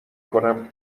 کنم